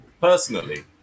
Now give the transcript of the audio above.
personally